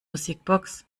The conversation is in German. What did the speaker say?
musikbox